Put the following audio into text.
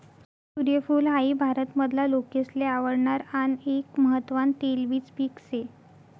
सूर्यफूल हाई भारत मधला लोकेसले आवडणार आन एक महत्वान तेलबिज पिक से